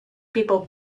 people